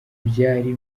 byari